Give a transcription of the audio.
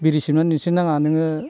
बिरि सोबनानै दिन्थिनो नाङा नोङो